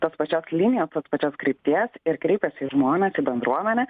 tos pačios linijos tos pačios krypties ir kreipiasi į žmones į bendruomenę